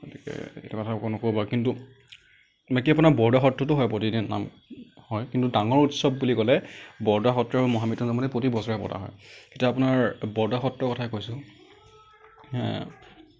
গতিকে এইটো কথা আকৌ এবাৰ নকওঁ বাৰু কিন্তু বাকী আপোনাৰ বৰদোৱা সত্ৰতো হয় প্ৰতিদিনে নাম হয় কিন্তু ডাঙৰ উংসৱ বুলি ক'লে বৰদোৱা সত্ৰ মহামৃত্যুঞ্জয় মন্দিৰত প্ৰতি বছৰে পতা হয় এতিয়া আপোনাৰ বৰদোৱা সত্ৰৰ কথাই কৈছোঁ